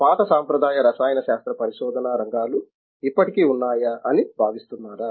పాత సాంప్రదాయ రసాయన శాస్త్ర పరిశోధనా రంగాలు ఇప్పటికీ ఉన్నాయా అని భావిస్తున్నారా